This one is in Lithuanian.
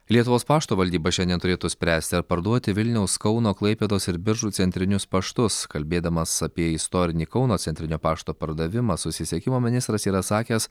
lietuvos pašto valdyba šiandien turėtų spręsti ar parduoti vilniaus kauno klaipėdos ir biržų centrinius paštus kalbėdamas apie istorinį kauno centrinio pašto pardavimą susisiekimo ministras yra sakęs